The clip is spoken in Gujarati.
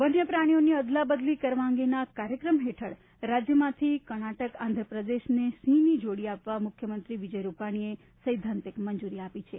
વન્ય પ્રાણીઓની અદલા બદલી કરવા અંગેના કાર્યક્રમ હેઠળ રાજ્યમાંથી કર્ણાટક આંક્રપ્રદેશને સિંહની જોડી આપવા મુખ્યમંત્રી વિજય રૂપાણીએ સૈદ્ધાંતિક મંજૂરી આપી છે